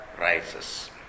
rises